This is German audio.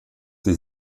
sie